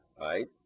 right